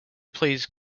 please